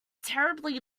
terribly